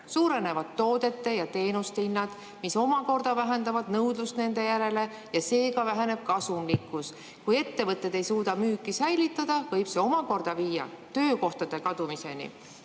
Suurenevad toodete ja teenuste hinnad, mis omakorda vähendab nõudlust nende järele ja seega väheneb kasumlikkus. Kui ettevõtted ei suuda müüki säilitada, võib see omakorda viia töökohtade kadumiseni.